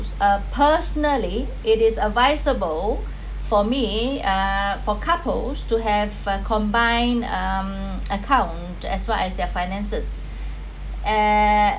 um personally it is advisable for me uh for couples to have a combine um account to as far as their finances uh